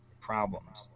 problems